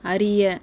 அறிய